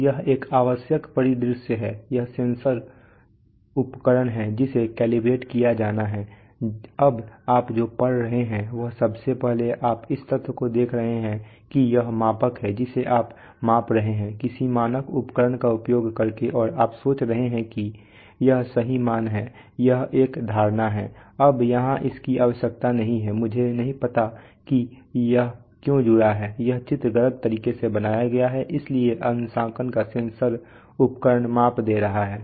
तो यह आवश्यक परिदृश्य है यह सेंसर उपकरण है जिसे कैलिब्रेट किया जाना है अब आप जो पढ़ रहे हैं वह सबसे पहले आप इस तथ्य को देख रहे हैं कि यह मापक है जिसे आप माप रहे हैं किसी मानक उपकरण का उपयोग करके और आप सोच रहे हैं कि यह सही मान है यह एक धारणा है अब यहां इसकी आवश्यकता नहीं है मुझे नहीं पता कि यह क्यों जुड़ा है यह चित्र गलत तरीके से बनाया गया है इसलिए अंशांकन का सेंसर उपकरण माप दे रहा है